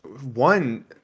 one